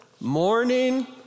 morning